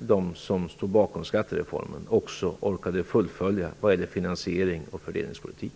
de som stod bakom skattereformen också orkade fullfölja både finansiering och fördelningspolitik.